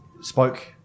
spoke